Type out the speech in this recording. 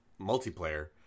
multiplayer